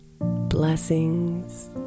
Blessings